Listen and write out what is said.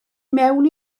mewn